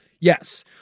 Yes